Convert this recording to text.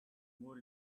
more